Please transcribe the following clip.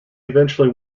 eventually